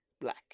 Black